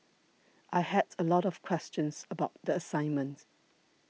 I had a lot of questions about the assignment